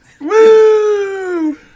Woo